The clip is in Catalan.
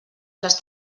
les